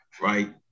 right